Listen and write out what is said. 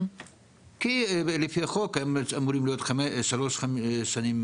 כי לפי החוק הם אמורים להיות שלוש שנים,